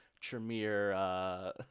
tremere